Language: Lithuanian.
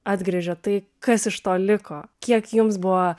atgręžia tai kas iš to liko kiek jums buvo